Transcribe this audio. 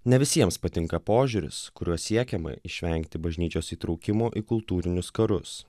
ne visiems patinka požiūris kuriuo siekiama išvengti bažnyčios įtraukimo į kultūrinius karus